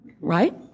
right